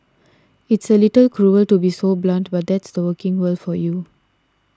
it's a little cruel to be so blunt but that's the working world for you